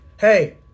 hey